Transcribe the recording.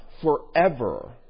forever